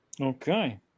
Okay